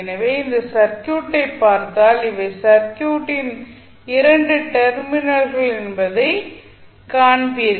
எனவே இந்த சர்க்யூட்டை பார்த்தால் இவை சர்க்யூட்டின் 2 டெர்மினல்கள் என்பதை காண்பீர்கள்